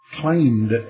claimed